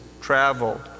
travel